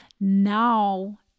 now